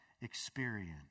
experience